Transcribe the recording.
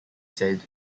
said